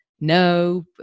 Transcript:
no